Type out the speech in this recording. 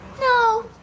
no